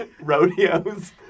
rodeos